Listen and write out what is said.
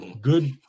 good